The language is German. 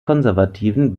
konservativen